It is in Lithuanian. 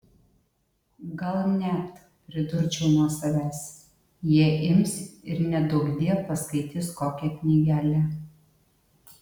gal net pridurčiau nuo savęs jie ims ir neduokdie paskaitys kokią knygelę